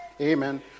Amen